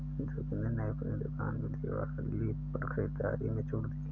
जोगिंदर ने अपनी दुकान में दिवाली पर खरीदारी में छूट दी